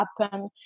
happen